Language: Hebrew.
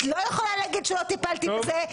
את לא יכולה להגיד שלא טיפלתי בזה,